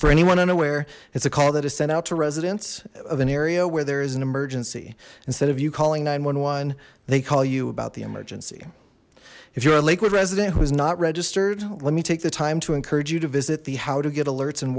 for anyone unaware it's a call that is sent out to residents of an area where there is an emergency instead of you calling nine they call you about the emergency if you're a lakewood resident who is not registered let me take the time to encourage you to visit the how to get alerts and